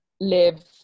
live